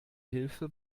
hilfe